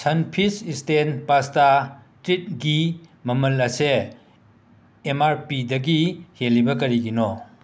Sunfeast instant pasta ꯇ꯭ꯔꯤꯠꯀꯤ ꯃꯃꯜ ꯑꯁꯦ ꯑꯦꯝ ꯑꯥꯔ ꯄꯤꯗꯒꯤ ꯍꯦꯜꯂꯤꯕ ꯀꯔꯤꯒꯤꯅꯣ